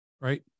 right